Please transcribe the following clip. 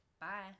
Bye